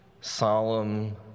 solemn